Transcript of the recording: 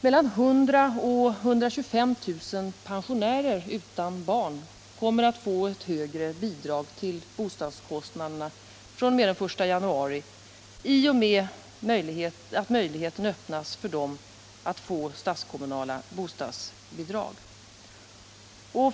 Mellan 100 000 och 125 000 pensionärer utan barn kommer att få högre bidrag till bostadskostnaderna fr.o.m. 1 januari 1978 i och med att möjlighet öppnas för dem att få statskommunala bostadsbidrag.